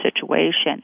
situation